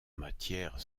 matière